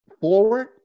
forward